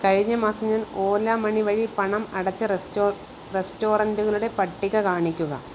കഴിഞ്ഞ മാസം ഞാൻ ഓല മണി വഴി പണം അടച്ച റെസ്റ്റോ റെസ്റ്റോറൻറുകളുടെ പട്ടിക കാണിക്കുക